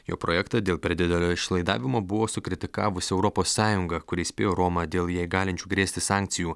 jo projektą dėl per didelio išlaidavimo buvo sukritikavusi europos sąjunga kuri įspėjo romą dėl jai galinčių grėsti sankcijų